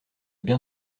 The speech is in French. bien